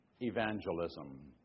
evangelism